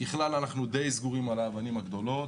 אנחנו די סגורים על האבנים הגדולות,